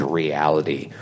reality